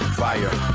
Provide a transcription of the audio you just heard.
fire